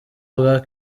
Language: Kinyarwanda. bwa